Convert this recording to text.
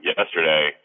yesterday